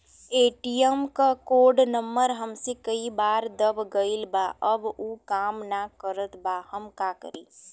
ATM क code number हमसे कई बार दब गईल बा अब उ काम ना करत बा हम का करी?